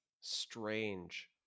strange